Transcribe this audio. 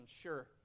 sure